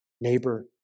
neighbor